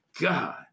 God